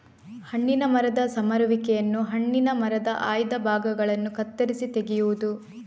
ಹಣ್ಣಿನ ಮರದ ಸಮರುವಿಕೆಯನ್ನು ಹಣ್ಣಿನ ಮರದ ಆಯ್ದ ಭಾಗಗಳನ್ನು ಕತ್ತರಿಸಿ ತೆಗೆಯುವುದು